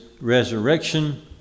resurrection